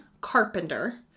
carpenter